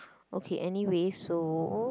okay anyway so